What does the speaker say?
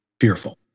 fearful